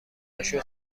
هاشو